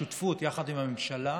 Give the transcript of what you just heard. בשותפות עם הממשלה,